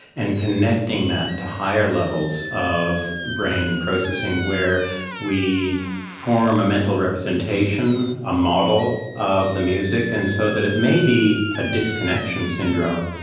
and connecting that to higher levels of brain processing where we form a mental representation, a model of the music. and so it may be a disconnection syndrome.